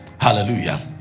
hallelujah